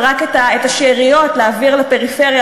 ורק את השאריות להעביר לפריפריה,